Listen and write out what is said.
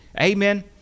Amen